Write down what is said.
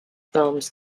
films